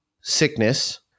sickness